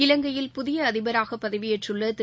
இலங்கையில் புதிய அதிபராக பதவியேற்றுள்ள திரு